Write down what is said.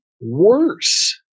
worse